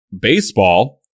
baseball